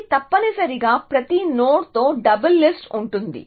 ఇది తప్పనిసరిగా ప్రతి నోడ్తో డబుల్ లిస్ట్ ఉంటుంది